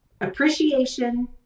appreciation